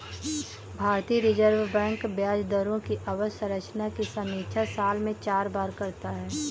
भारतीय reserve bank ब्याज दरों की अवधि संरचना की समीक्षा साल में चार बार करता है